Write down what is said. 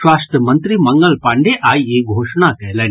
स्वास्थ्य मंत्री मंगल पांडेय आइ ई घोषणा कयलनि